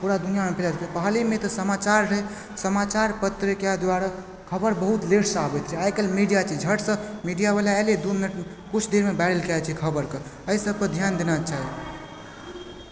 पूरा दुनिआँ पहिले ने तऽ समाचार रहय समाचार पत्रिका दुआरा खबर बहुत लेटसँ आबैत रहय आइ काल्हि मीडिया छै झटसँ मीडियावला एलय दू मिनट किछु देरमे वाइरल कए दै छै खबरके अइ सबके ध्यान देना चाही